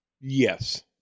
Yes